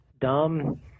dumb